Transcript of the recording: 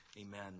Amen